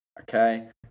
Okay